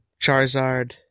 Charizard